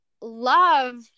love